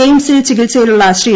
എയിംസിൽ ചികിത്സയിലുളള ശ്രീ